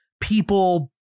people